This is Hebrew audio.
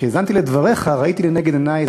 כשהאזנתי לדבריך ראיתי לנגד עיני את